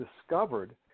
discovered